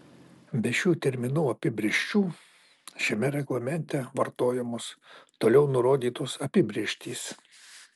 be šių terminų apibrėžčių šiame reglamente vartojamos toliau nurodytos apibrėžtys